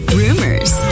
rumors